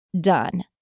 done